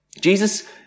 Jesus